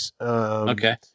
Okay